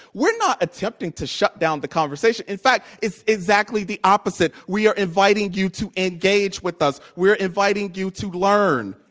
we're not attempting to shut down the conversation. in fact, it's exactly the opposite. we are inviting you to engage with us. we're inviting you to learn,